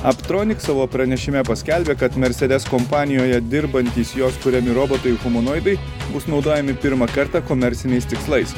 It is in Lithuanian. aptronik savo pranešime paskelbė kad mercedes kompanijoje dirbantys jos kuriami robotai humanoidai bus naudojami pirmą kartą komerciniais tikslais